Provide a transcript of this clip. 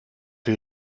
für